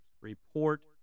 report